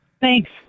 Thanks